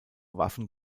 waffen